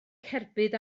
cerbyd